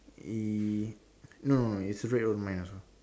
eh no no it's red for mine as well